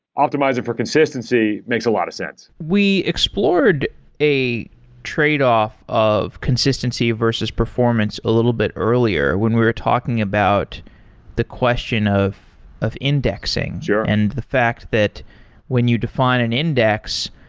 optimizing for consistency makes a lot of sense. we explored a trade-off of consistency versus performance a little bit earlier when we're talking about the question of of indexing and the fact that when you define an index,